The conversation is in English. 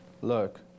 Look